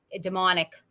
demonic